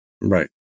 Right